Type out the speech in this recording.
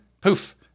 poof